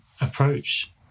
approach